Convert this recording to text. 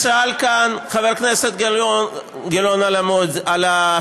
שאל כאן חבר הכנסת גלאון על האכיפה.